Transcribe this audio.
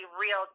real